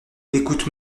écoute